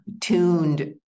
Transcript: tuned